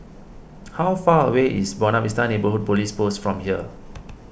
how far away is Buona Vista Neighbourhood Police Post from here